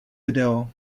video